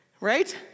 right